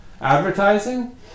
Advertising